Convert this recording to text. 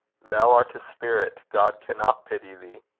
thou art a spirit, god cannot pity thee.